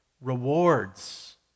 rewards